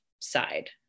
side